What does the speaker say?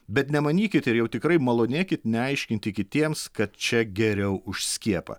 bet nemanykit ir jau tikrai malonėkit neaiškinti kitiems kad čia geriau už skiepą